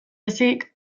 ezik